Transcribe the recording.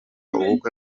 ubukwe